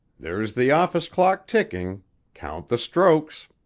there's the office clock ticking count the strokes.